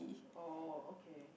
oh okay